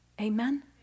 amen